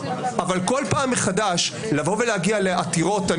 אבל כל פעם מחדש לבוא ולהגיע לעתירות לבג"ץ